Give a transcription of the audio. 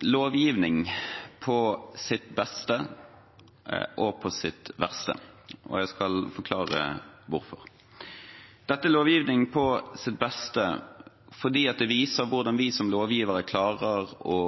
lovgivning på sitt beste og på sitt verste. Jeg skal forklare hvorfor. Det er lovgivning på sitt beste fordi det viser hvordan vi som lovgivere klarer å